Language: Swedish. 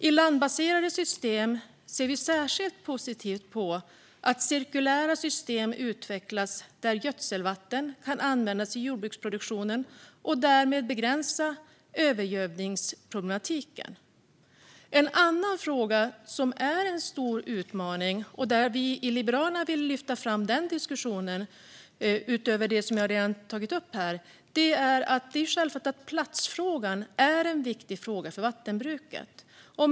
I landbaserade system ser vi särskilt positivt på att cirkulära system utvecklas där gödselvatten kan användas i jordbruksproduktionen och därmed begränsa övergödningsproblematiken. En annan stor utmaning som vi liberaler vill lyfta fram, utöver det som jag redan har tagit upp här, är självfallet platsfrågan som är viktig för vattenbruket.